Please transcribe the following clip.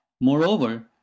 Moreover